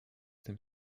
tym